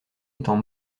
étant